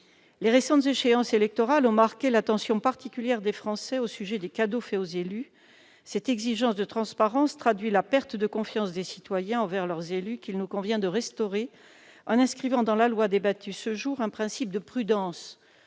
Les récentes échéances électorales ont marqué l'attention particulière des Français au sujet des cadeaux faits aux élus. Cette exigence de transparence traduit la perte de confiance des citoyens envers leurs élus, qu'il nous convient de restaurer, en inscrivant dans le projet de loi organique dont nous débattons un principe de prudence.